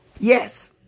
Yes